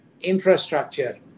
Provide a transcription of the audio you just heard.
infrastructure